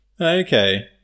Okay